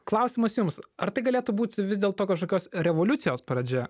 klausimas jums ar tai galėtų būti vis dėlto kažkokios revoliucijos pradžia